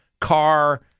car